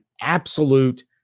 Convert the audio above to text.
absolute